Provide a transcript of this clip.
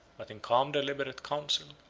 but in calm deliberate council,